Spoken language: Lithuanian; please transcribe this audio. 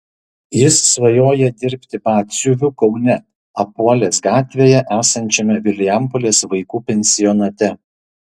jis svajoja dirbti batsiuviu kaune apuolės gatvėje esančiame vilijampolės vaikų pensionate